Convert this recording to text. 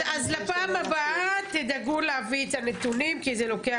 אז לפעם הבאה תדאגו להביא את הנתונים כי זה לוקח זמן.